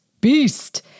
beast